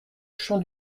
champ